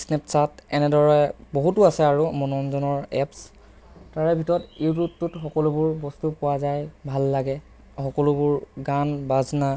Snapchat এনেদৰে বহুতো আছে আৰু মনোৰঞ্জনৰ এপচ তাৰে ভিতৰত ইউটিউবটোত সকলোবোৰ বস্তু পোৱা যায় ভাল লাগে সকলোবোৰ গান বাজনা